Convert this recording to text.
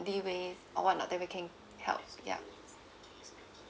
waive or what not that we can help ya